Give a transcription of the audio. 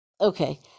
Okay